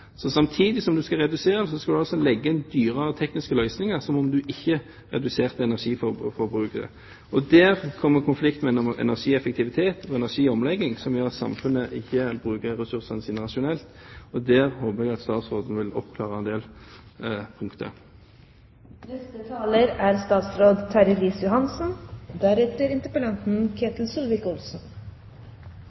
Så samtidig som du skal redusere, skal du altså legge inn dyre tekniske løsninger som om du ikke reduserte energiforbruket. Der kommer det en konflikt mellom energieffektivitet og energiomlegging som gjør at samfunnet ikke bruker ressursene sine rasjonelt, og der håper jeg at statsråden vil oppklare en del punkter. To viktige elementer i energiomlegging er: